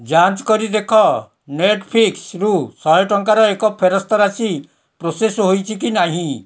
ଯାଞ୍ଚ କରି ଦେଖ ନେଟ୍ଫ୍ଲିକ୍ସ୍ରୁ ଶହେ ଟଙ୍କାର ଏକ ଫେରସ୍ତ ରାଶି ପ୍ରୋସେସ୍ ହୋଇଛି କି ନାହିଁ